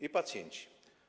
i pacjenci.